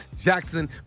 Jackson